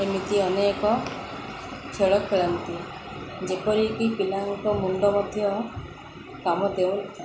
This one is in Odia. ଏମିତି ଅନେକ ଖେଳ ଖେଳନ୍ତି ଯେପରିକି ପିଲାଙ୍କ ମୁଣ୍ଡ ମଧ୍ୟ କାମ ଦେଉ